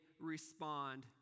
respond